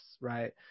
right